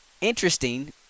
Interesting